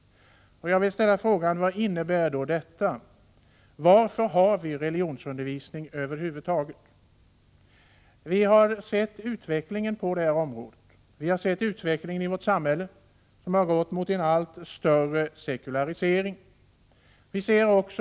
Jag vill ställa frågan: Vad innebär då detta? Varför har vi religionsundervisning över huvud taget? Vi har sett utvecklingen på detta område. Vi har sett utvecklingen i vårt samhälle, som gått mot en allt större sekularisering.